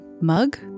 mug